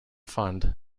fund